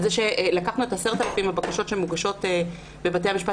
לקחנו את 10,000 הבקשות שמוגשות בבתי המשפט,